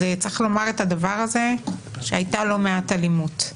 אז צריך לומר את הדבר הזה, שהייתה לא מעט אלימות.